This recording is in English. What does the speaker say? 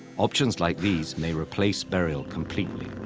options like these may replace burial completely.